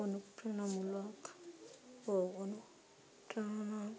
অনুপ্রেরণামূলক ও অনুপ্রেরণা